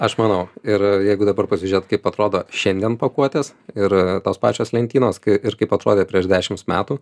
aš manau ir jeigu dabar pasižiūrėt kaip atrodo šiandien pakuotės ir tos pačios lentynos ir kaip atrodė prieš dešimt metų